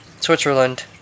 Switzerland